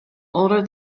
older